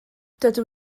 dydw